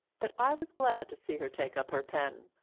but i was glad to see her take up her pen,